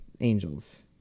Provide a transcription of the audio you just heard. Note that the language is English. angels